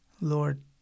Lord